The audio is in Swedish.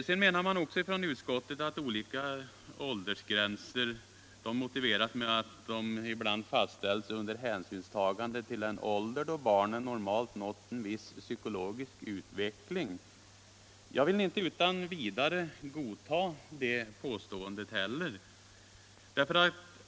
Utskottet menar att olika åldersgränser ibland motiveras med hänsynstagande till den ålder då barn normalt nått en viss psykologisk utveckling. Det påståendet vill jag inte heller godta utan vidare.